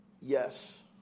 Yes